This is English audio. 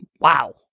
Wow